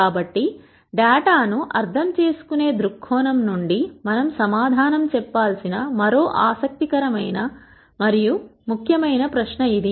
కాబట్టి డేటా ను అర్థం చేసుకునే దృక్కోణం నుండి మనం సమాధానం చెప్పాల్సిన మరో ఆసక్తికరమైన మరియు ముఖ్యమైన ప్రశ్న ఇది